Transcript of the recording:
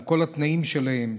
בכל התנאים שלהם,